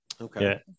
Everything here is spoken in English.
Okay